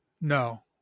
No